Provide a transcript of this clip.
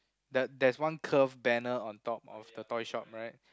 that there's one curve banner on top of the toy shop right